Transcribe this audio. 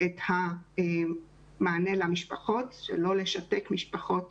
יינתן המענה למשפחות כך שלא ישותקו משפחות